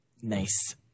Nice